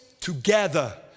together